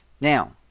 Now